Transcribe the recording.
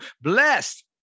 blessed